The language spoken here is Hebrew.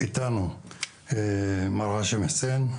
איתנו מר האשם חוסין,